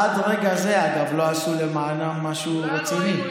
עד רגע זה, אגב, לא עשו למענם משהו רציני.